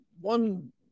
one